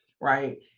right